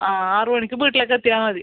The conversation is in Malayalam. ആ ആറ് മണിക്ക് വീട്ടിലേക്ക് എത്തിയാൽ മതി